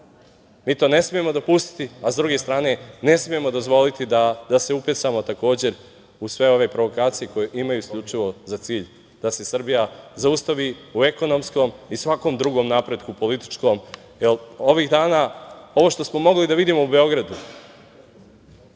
to ne smemo dopustiti, a sa druge strane ne smemo dozvoliti da se upecamo takođe u sve ove provokacije koje imaju isključivo za cilj da se Srbija zaustavi u ekonomskom i svakom drugom napretku političkom. Ovih dana, ovo što smo mogli da vidimo u Beogradu